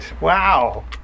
Wow